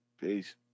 Peace